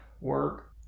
work